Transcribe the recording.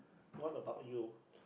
what about you